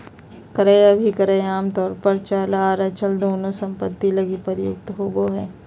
क्रय अभिक्रय आमतौर पर चल आर अचल दोनों सम्पत्ति लगी प्रयुक्त होबो हय